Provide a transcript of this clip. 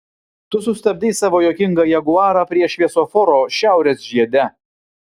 tu sustabdei savo juokingą jaguarą prie šviesoforo šiaurės žiede